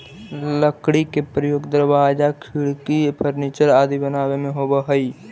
लकड़ी के प्रयोग दरवाजा, खिड़की, फर्नीचर आदि बनावे में होवऽ हइ